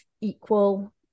equal